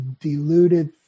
deluded